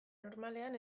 normalean